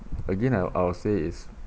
again I'll I'll say is